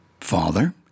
father